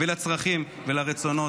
לצרכים ולרצונות.